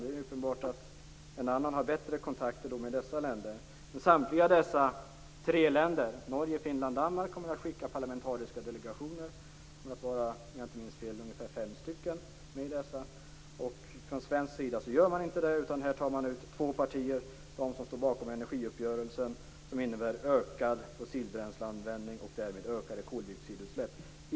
Det är uppenbart att jag har bättre kontakter med dessa länder. Samtliga tre länder - Norge, Finland och Danmark - kommer att skicka parlamentariska delegationer. Om jag inte minns fel kommer ungefär fem personer att ingå i dessa. Från svensk sida tar man ut två partier, nämligen de som står bakom energiuppgörelsen som innebär ökad fossilbränsleanvändning och därmed ökade koldioxidutsläpp.